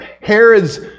Herod's